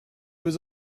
was